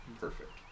Perfect